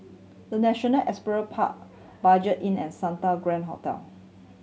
The National Equestrian Park Budget Inn and Santa Grand Hotel